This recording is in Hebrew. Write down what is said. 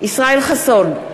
ישראל חסון,